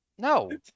No